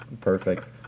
Perfect